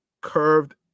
curved